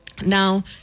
Now